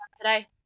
today